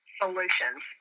solutions